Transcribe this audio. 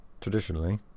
Traditionally